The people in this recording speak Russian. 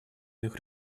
иных